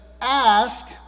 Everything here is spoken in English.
ask